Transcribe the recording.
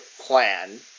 plan